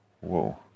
Whoa